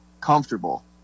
comfortable